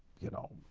you know,